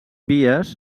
vies